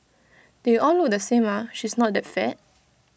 they all look the same ah she's not that fat